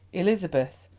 elizabeth,